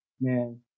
man